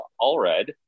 Allred